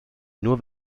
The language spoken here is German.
nur